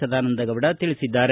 ಸದಾನಂದಗೌಡ ತಿಳಿಸಿದ್ದಾರೆ